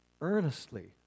earnestly